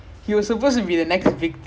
oh so he was also not that active also